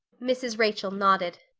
mrs. rachel nodded.